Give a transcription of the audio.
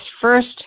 first